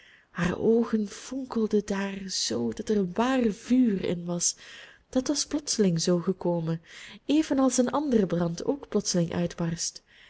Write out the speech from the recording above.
haar oogen fonkelden daar zoo dat er een waar vuur in was dat was plotseling zoo gekomen evenals een andere brand ook plotseling uitbarst